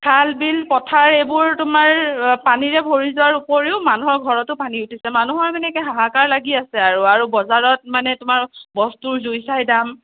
খাল বিল পথাৰ এইবোৰ তোমাৰ পানীৰে ভৰি যোৱাৰ উপৰিও মানুহৰ ঘৰটো পানী উঠিছে মানুহৰ মানে একে হাহাকাৰ লাগি আছে আৰু আৰু বজাৰত মানে তোমাৰ বস্তুৰ জুই চাই দাম